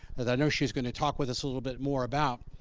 that i know she's gonna talk with us a little bit more about,